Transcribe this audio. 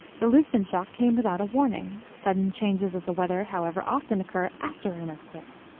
the lisbon shock came without a warning. sudden changes of the weather, however, often occur after an earthquake.